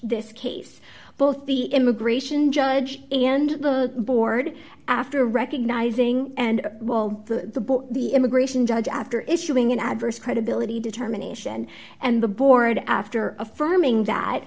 this case both the immigration judge and the board after recognizing and while the the immigration judge after issuing an adverse credibility determination and the board after affirming that